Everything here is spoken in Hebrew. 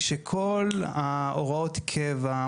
כשכל הוראות קבע,